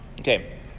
Okay